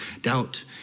doubt